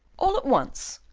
all at once,